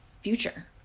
future